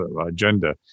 agenda